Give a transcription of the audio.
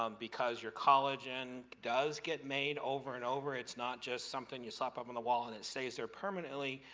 um because your collagen does get made over and over. it's not just something you slap up on the wall and it stays there permanently.